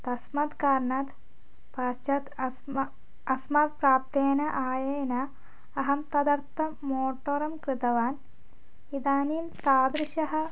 तस्माद् कारणात् पश्चात् अस्मद् अस्मात् प्राप्तेन आयेन अहं तदर्थं मोटोरं कृतवान् इदानीं तादृशः